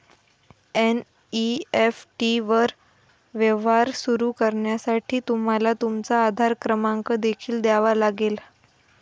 NEFT वर व्यवहार सुरू करण्यासाठी तुम्हाला तुमचा आधार क्रमांक देखील द्यावा लागेल